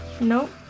Nope